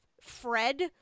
Fred